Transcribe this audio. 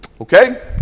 Okay